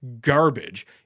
garbage